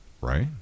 Right